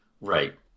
Right